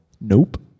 Nope